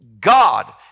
God